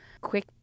quick